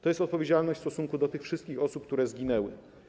To jest odpowiedzialność w stosunku do tych wszystkich osób, które zginęły.